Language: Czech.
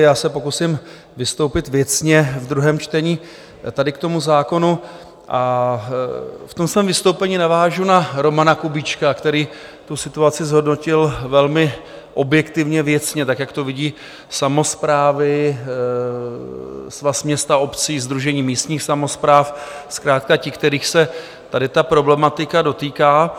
Já se pokusím vystoupit věcně v druhém čtení tady k tomu zákonu a ve svém vystoupení navážu na Romana Kubíčka, který situaci zhodnotil velmi objektivně, věcně, tak jak to vidí samosprávy, Svaz měst a obcí, Sdružení místních samospráv, zkrátka ti, kterých se tady ta problematika dotýká.